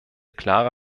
klare